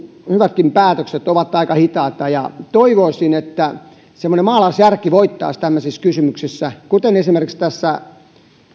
hyvätkin päätökset ovat aika hitaita ja toivoisin että semmoinen maalaisjärki voittaisi tämmöisissä kysymyksissä kuten esimerkiksi tässä